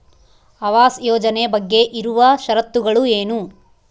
ಆವಾಸ್ ಯೋಜನೆ ಬಗ್ಗೆ ಇರುವ ಶರತ್ತುಗಳು ಏನು?